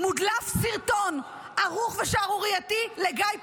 מודלף סרטון ערוך ושערורייתי לגיא פלג.